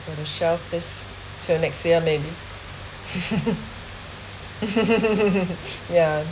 for the southeast till next year maybe yeah